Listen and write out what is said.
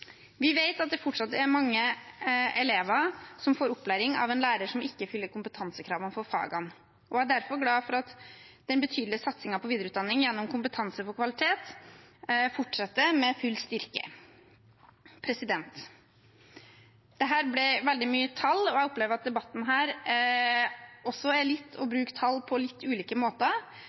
Vi vet at det fortsatt er mange elever som får opplæring av en lærer som ikke fyller kompetansekravene for fagene, og jeg er derfor glad for at den betydelige satsingen på videreutdanning gjennom kompetanse for kvalitet fortsetter med full styrke. Dette ble veldig mye tall, og jeg opplever at denne debatten også handler litt om å bruke tall på litt ulike måter.